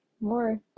more